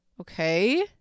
Okay